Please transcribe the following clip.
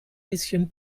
bisschen